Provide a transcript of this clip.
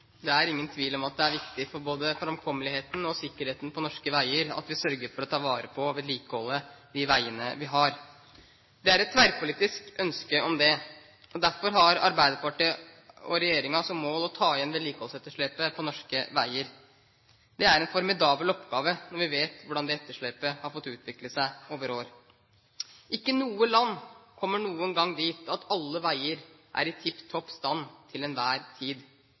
viktig for både framkommeligheten og sikkerheten på norske veier at vi sørger for å ta vare på og vedlikeholde de veiene vi har. Det er et tverrpolitisk ønske om det. Derfor har Arbeiderpartiet og regjeringen som mål å ta igjen vedlikeholdsetterslepet på norske veier. Det er en formidabel oppgave når vi vet hvordan det etterslepet har fått utvikle seg over år. Ikke noe land kommer noen gang dit at alle veier er i tipp topp stand til enhver tid